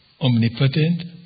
Omnipotent